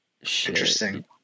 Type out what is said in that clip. Interesting